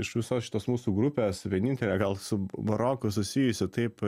iš visos šitos mūsų grupes vienintelė gal su baroku susijusi taip